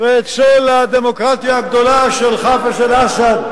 ואצל הדמוקרטיה הגדולה של חאפז אל-אסד,